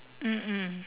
mm mm